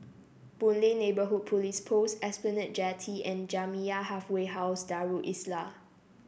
Boon Lay Neighbourhood Police Post Esplanade Jetty and Jamiyah Halfway House Darul Islah